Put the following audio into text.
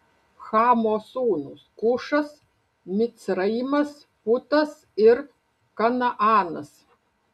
chamo sūnūs kušas micraimas putas ir kanaanas